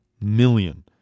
million